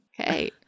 Okay